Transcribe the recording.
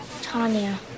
Tanya